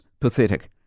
pathetic